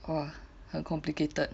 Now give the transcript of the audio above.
!wah! 很 complicated